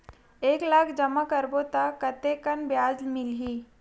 एक लाख जमा करबो त कतेकन ब्याज मिलही?